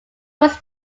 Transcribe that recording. was